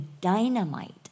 dynamite